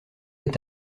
est